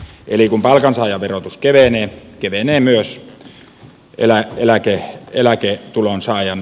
eli kun palkansaajan verotus kevenee kevenee myös eläketulonsaajan verotus